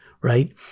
right